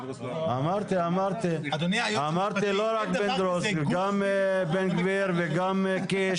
אמרתי לא רק פינדרוס, גם בן גביר וגם קיש.